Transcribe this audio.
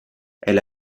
elle